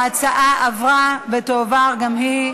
ההצעה עברה ותועבר גם היא,